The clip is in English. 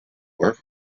were